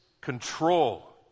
control